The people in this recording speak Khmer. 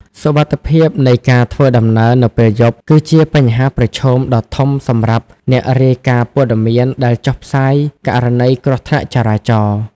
សុវត្ថិភាពនៃការធ្វើដំណើរនៅពេលយប់ គឺជាបញ្ហាប្រឈមដ៏ធំសម្រាប់អ្នករាយការណ៍ព័ត៌មានដែលចុះផ្សាយករណីគ្រោះថ្នាក់ចរាចរណ៍។